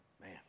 Man